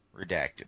redacted